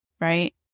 right